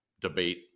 debate